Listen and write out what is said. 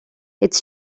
its